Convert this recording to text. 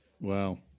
Wow